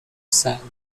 satin